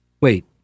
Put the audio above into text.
Wait